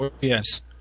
Yes